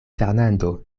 fernando